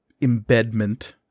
embedment